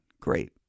Great